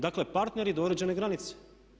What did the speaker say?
Dakle, partneri do određene granice.